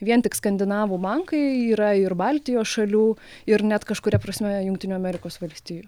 vien tik skandinavų bankai yra ir baltijos šalių ir net kažkuria prasme jungtinių amerikos valstijų